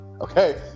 Okay